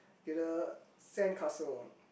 get the sandcastle